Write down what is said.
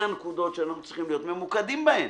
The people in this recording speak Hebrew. אלה הנקודות שאנחנו צריכים להיות ממוקדים בהם.